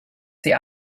sie